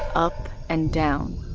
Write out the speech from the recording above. up and down.